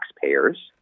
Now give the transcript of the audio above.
taxpayers